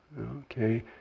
okay